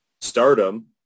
stardom